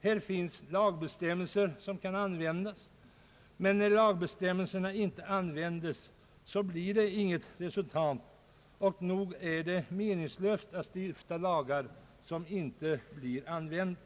Här finns lagbestämmelser som kan tillämpas, men när lagbe stämmelserna inte används blir det inte något resultat, och nog är det meningslöst att stifta lagar som inte blir använda.